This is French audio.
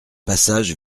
passage